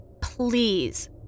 please